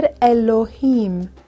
Elohim